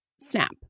snap